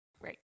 Right